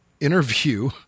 interview